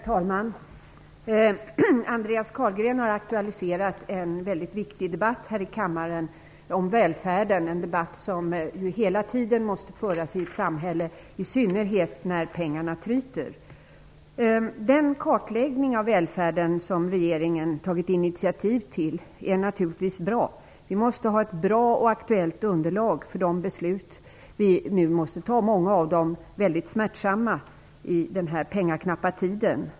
Herr talman! Andreas Carlgren har aktualiserat en mycket viktig debatt här i kammaren om välfärden. Det är en debatt som hela tiden måste föras i ett samhälle, i synnerhet när pengarna tryter. Den kartläggning av välfärden som regeringen har tagit initiativ till är naturligtvis bra. Vi måste ha ett bra och aktuellt underlag för de beslut vi nu måste fatta - många av dem är mycket smärtsamma - i denna pengaknappa tid.